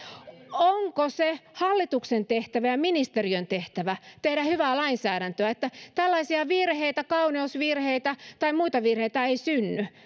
onko se hallituksen tehtävä ja ministeriön tehtävä tehdä hyvää lainsäädäntöä niin että tällaisia virheitä kauneusvirheitä tai muita virheitä ei synny